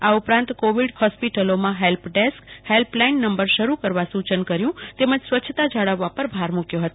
આ ઉપરાંત Covid care હોસ્પિટલોમાં help desk help line number શરૂ કરવા સુ ચન તેમજ સ્વચ્છતા જાળવવા પર ભાર મુ ક્યોહતો